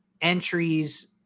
entries